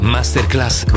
Masterclass